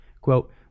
Quote